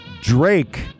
Drake